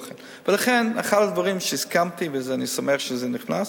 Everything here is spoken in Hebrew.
לכן אחד הדברים שסיכמתי, ואני שמח שזה נכנס,